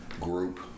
group